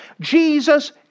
Jesus